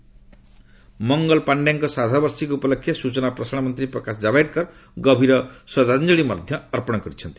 ମଙ୍ଗଲପାଣ୍ଡେ ମଙ୍ଗଲ ପାଶ୍ଡେଙ୍କ ଶ୍ରାଦ୍ଧବାର୍ଷିକୀ ଉପଲକ୍ଷେ ସ୍ବଚନା ଓ ପ୍ରସାରଣ ମନ୍ତ୍ରୀ ପ୍ରକାଶ ଜାବଡେକର ଗଭୀର ଶ୍ରଦ୍ଧାଞ୍ଚଳି ଅର୍ପଣ କରିଛନ୍ତି